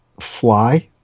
fly